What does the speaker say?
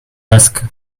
ask